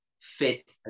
fit